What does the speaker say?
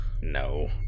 No